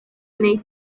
gwneud